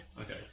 Okay